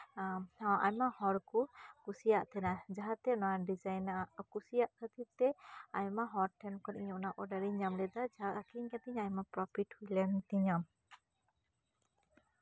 ᱟᱭᱢᱟ ᱦᱚᱲ ᱠᱚ ᱠᱩᱥᱤᱭᱟᱜ ᱛᱟᱦᱮᱱᱟ ᱡᱟᱦᱟᱸᱛᱮ ᱱᱚᱣᱟ ᱰᱤᱡᱟᱭᱤᱱ ᱠᱩᱥᱤᱭᱟᱜ ᱠᱷᱟᱛᱤᱨ ᱛᱮ ᱟᱭᱢᱟ ᱦᱚᱲ ᱠᱚᱴᱷᱮᱱ ᱠᱷᱚᱱ ᱚᱰᱟᱨᱤᱧ ᱹᱟᱢ ᱞᱮᱫᱟ ᱡᱟᱦᱟᱸ ᱟᱠᱷᱨᱤᱧ ᱠᱟᱛᱮ ᱤᱧᱟᱹᱜ ᱟᱭᱢᱟ ᱯᱨᱚᱯᱷᱤᱴ ᱦᱩᱭ ᱞᱮᱱ ᱛᱤᱧᱟ